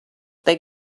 they